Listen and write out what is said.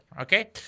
okay